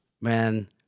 Man